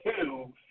two